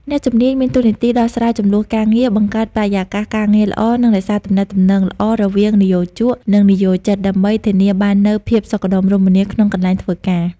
អ្នកជំនាញ មានតួនាទីដោះស្រាយជម្លោះការងារ បង្កើតបរិយាកាសការងារល្អ និងរក្សាទំនាក់ទំនងល្អរវាងនិយោជក និងនិយោជិត ដើម្បីធានាបាននូវភាពសុខដុមរមនាក្នុងកន្លែងធ្វើការ។